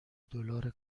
دلار